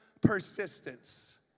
persistence